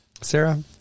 Sarah